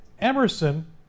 Emerson